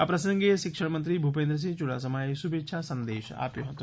આ પ્રસંગે શિક્ષણમંત્રી ભુપેન્દ્રસિંહ યુડાસમાએ શુભેચ્છા સંદેશ આપ્યો હતો